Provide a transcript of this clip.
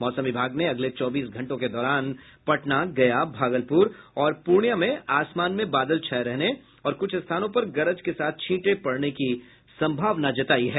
मौसम विभाग ने अगले चौबीस घंटों के दौरान पटना गया भागलपुर और पूर्णिया में आसमान में बादल छाये रहने और कुछ स्थानों पर गरज के साथ छीटें पड़ने की संभावना जतायी है